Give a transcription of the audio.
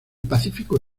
pacífico